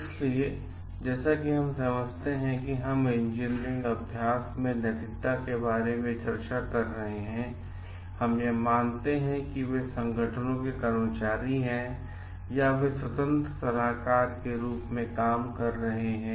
इसलिए जैसा कि हम समझते हैं कि हम इंजीनियरिंग अभ्यास में नैतिकता के बारे में चर्चा कर रहे हैं हम यह मानते हैं कि वे संगठनों के कर्मचारी हैं या वे स्वतंत्र सलाहकार के रूप में कार्य कर रहे हैं